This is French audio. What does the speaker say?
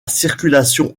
circulation